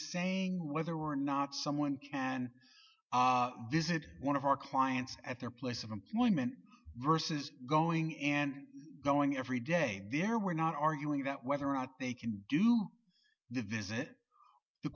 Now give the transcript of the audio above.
saying whether or not someone can visit one of our clients at their place of employment versus going in and going every day there we're not arguing about whether or not they can do the visit the